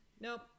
nope